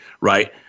right